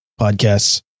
podcasts